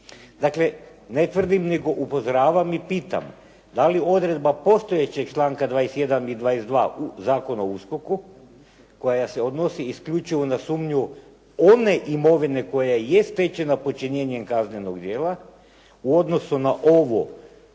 Dakle ne tvrdim, nego upozoravam i pitam da li odredba postojećeg članka 21. i 22. Zakona u USKOK-u koja se odnosi isključivo na sumnju one imovine koja je stečena počinjenjem kaznenog djela, u odnosu na ovo